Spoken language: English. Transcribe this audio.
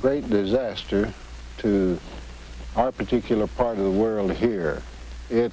great disaster to our particular part of the world here it